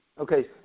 Okay